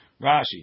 Rashi